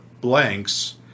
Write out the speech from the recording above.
blanks